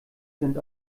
sind